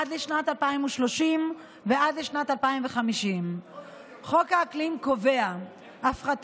עד לשנת 2030 ועד לשנת 2050. חוק האקלים קובע הפחתה